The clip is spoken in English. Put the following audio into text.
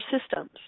systems